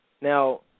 now